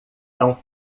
tão